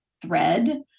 thread